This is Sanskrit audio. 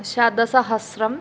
शतसहस्रम्